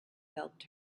helped